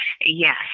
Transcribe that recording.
yes